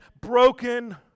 broken